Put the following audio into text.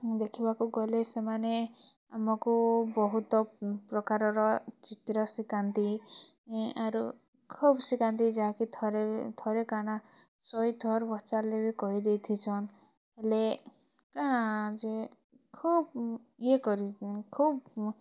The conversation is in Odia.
ଦେଖିବାକୁ ଗଲେ ସେମାନେ ଆମକୁ ବହୁତ ପ୍ରକାରର ଚିତ୍ର ଶିକାନ୍ତି ଆରୁ ଖୁବ୍ ଶିକାନ୍ତି ଯାହାକି ଥରେ ଥରେ କାଣା ଶହେ ଥର ପଚାରିଲେ ବି କହିଦେଇଥିସନ୍ ହେଲେ ହେଲେ କାଁ ଯେ ଖୁବ୍ ଇଏ କରି କିନି ଖୁବ୍